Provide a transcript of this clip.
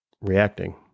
reacting